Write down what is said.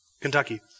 Kentucky